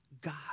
God